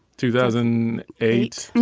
two thousand eight.